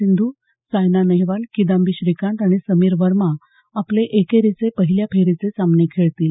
सिंधू सायना नेहवाल किदांबी श्रीकांत आणि समीर वर्मा आपले एकेरीचे पहिल्या फेरीचे सामने खेळतील